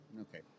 Okay